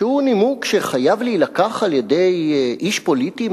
שהוא נימוק שחייב להילקח בחשבון על-ידי איש פוליטי,